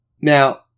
Now